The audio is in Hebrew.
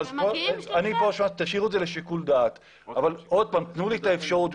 תשאירו את זה לשיקול דעת אבל תנו לי את האפשרות.